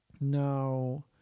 now